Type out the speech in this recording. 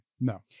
No